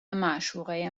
معشوقه